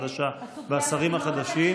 זה לא נהוג, והסוגיה הזאת היא מאוד חשובה.